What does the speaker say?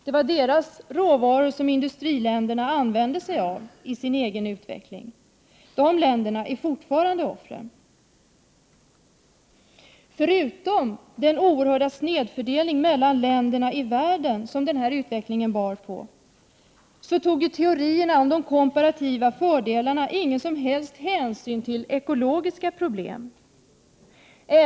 Det var deras råvaror som industriländerna använde sig av i sin egen utveckling. De länderna i tredje världen är fortfarande offren. Förutom den oerhörda snedfördelning mellan länderna i världen som den här utvecklingen bar på tog teorierna om de komparativa fördelarna ingen som helst hänsyn till ekologiska problem.